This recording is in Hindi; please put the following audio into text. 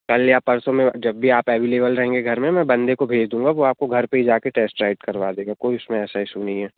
कल या परसों में जब भी आप अवेलेबल रहेंगे घर में मैं बंदे को भेज दूंगा वो आपको घर पे ही जाके टेस्ट राइड करवा देंगे कोई उसमें ऐसा इशू नहीं है